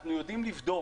אנחנו יודעים לבדוק.